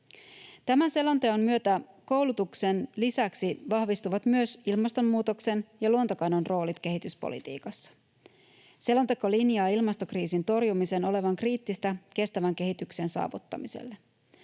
Tämän selonteon myötä vahvistuvat koulutuksen lisäksi ilmastonmuutoksen ja luontokadon roolit kehityspolitiikassa. Selonteko linjaa ilmastokriisin torjumisen olevan kriittistä kestävän kehityksen saavuttamiselle.